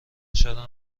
چرا